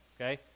okay